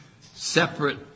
separate